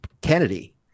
Kennedy